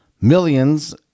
millions